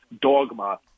dogma